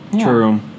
True